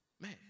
man